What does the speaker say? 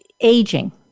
Aging